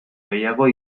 gehiago